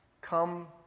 Come